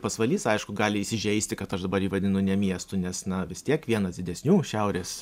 pasvalys aišku gali įsižeisti kad aš dabar jį vadinu ne miestu nes na vis tiek vienas didesnių šiaurės